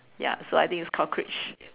ya so I think it's cockroach